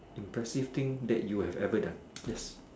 impressive thing that you have ever done yes